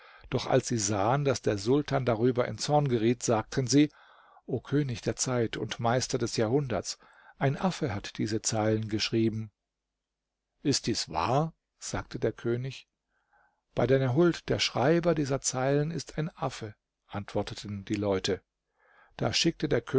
doch als sie sahen daß der sultan darüber in zorn geriet sagten sie o könig der zeit und meister des jahrhunderts ein affe hat diese zeilen geschrieben ist dies wahr sagte der könig bei deiner huld der schreiber dieser zeilen ist ein affe antworteten die leute da schickte der